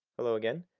inhello again,